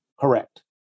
Correct